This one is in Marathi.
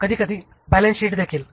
कधीकधी बॅलन्स शीट देखील